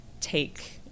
take